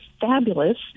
fabulous